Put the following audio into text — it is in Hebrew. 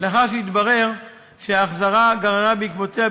לאחר שהתברר שההחזרה גררה בעקבותיה,